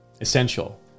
essential